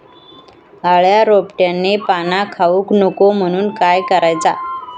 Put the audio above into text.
अळ्या रोपट्यांची पाना खाऊक नको म्हणून काय करायचा?